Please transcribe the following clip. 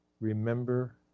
remember